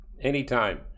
Anytime